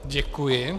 Děkuji.